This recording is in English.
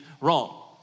wrong